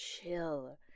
chill